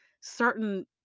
certain